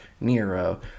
Nero